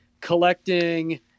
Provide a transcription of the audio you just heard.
collecting